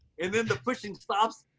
and then the pushing stops.